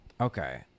Okay